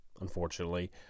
unfortunately